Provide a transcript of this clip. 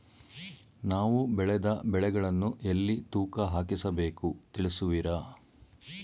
ನಾವು ಬೆಳೆದ ಬೆಳೆಗಳನ್ನು ಎಲ್ಲಿ ತೂಕ ಹಾಕಿಸ ಬೇಕು ತಿಳಿಸುವಿರಾ?